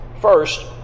First